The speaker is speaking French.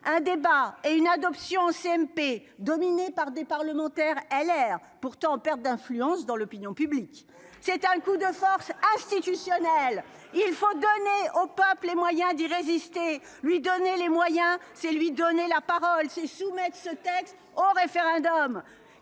un débat et une adoption CMP dominé par des parlementaires LR pourtant en perte d'influence dans l'opinion publique. C'est un coup de force âge Titus Lionel il faut donner au peuple et moyen d'y résister, lui donner les moyens, c'est lui donner la parole c'est soumettre ce texte au référendum